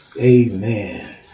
Amen